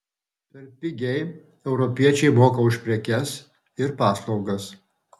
per pigiai europiečiai moka už prekes ir paslaugas